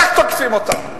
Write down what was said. רק תוקפים אותנו,